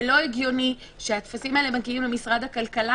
לא הגיוני שהטפסים האלה מגיעים למשרד הכלכלה,